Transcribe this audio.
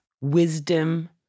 wisdom